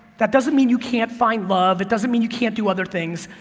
that doesn't mean you can't find love, it doesn't mean you can't do other things,